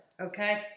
okay